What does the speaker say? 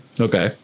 Okay